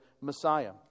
Messiah